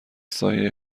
سایه